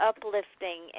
Uplifting